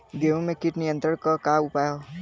गेहूँ में कीट नियंत्रण क का का उपाय ह?